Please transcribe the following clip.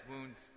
wounds